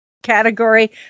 category